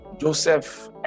Joseph